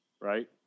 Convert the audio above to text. right